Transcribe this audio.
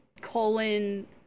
colon